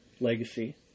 legacy